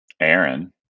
Aaron